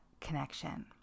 connection